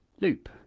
loop